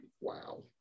wow